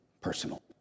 personal